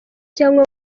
cyangwa